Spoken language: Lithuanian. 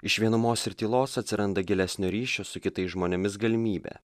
iš vienumos ir tylos atsiranda gilesnio ryšio su kitais žmonėmis galimybė